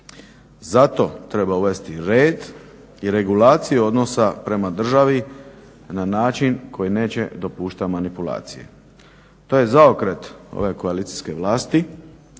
Zato treba uvesti red i regulaciju odnosa prema državi na način koji neće dopuštati manipulacije. To je zaokret ove koalicijske vlasti